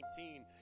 2019